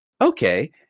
okay